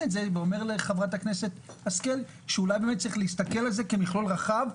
ואומר לחברת הכנסת השכל שאולי צריך להסתכל על זה כמכלול רחב,